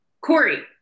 Corey